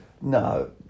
No